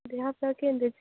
ଦେହ ଫେହ କେମିତି ଅଛି